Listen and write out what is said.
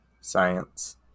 science